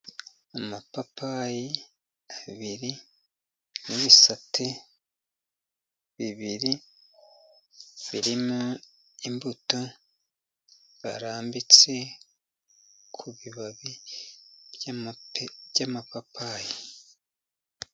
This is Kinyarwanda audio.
Amapapayi abiri, n'ibisate bibiri birimo imbuto birambitse ku bibabi by'amapapayi.